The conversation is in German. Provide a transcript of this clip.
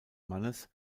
mannes